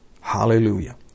Hallelujah